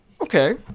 Okay